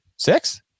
Six